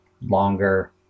longer